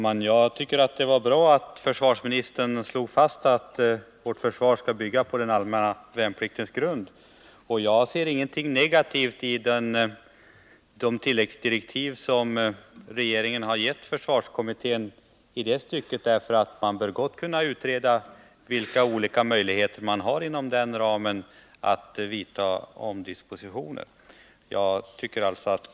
Herr talman! Det var bra att försvarsministern slog fast att vårt försvar skall bygga på den allmänna värnpliktens grund. Jag ser ingenting negativt i de tilläggsdirektiv som regeringen har givit försvarskommittén i det stycket, därför att man bör gott kunna utreda vilka olika möjligheter det finns att inom den ramen vidta omdispositioner.